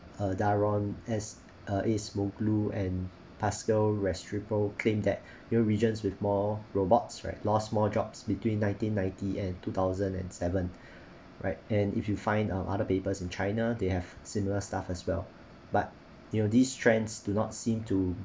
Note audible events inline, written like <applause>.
uh daron acemoglu and pascual restrepo claim that you know regions with more robots right lost more jobs between nineteen ninety and two thousand and seven <breath> right and if you find um other papers in china they have similar stuff as well but you know these trends do not seem to